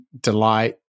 delight